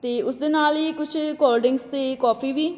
ਅਤੇ ਉਸ ਦੇ ਨਾਲ ਹੀ ਕੁਛ ਕੋਲਡ ਡਰਿੰਕਸ ਅਤੇ ਕੌਫ਼ੀ ਵੀ